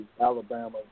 Alabama